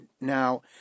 now